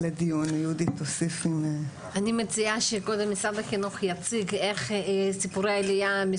עוד נציגים של משרד החינוך שיתייחסו לחלקים שלהם.